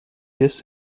this